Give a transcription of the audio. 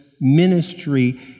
ministry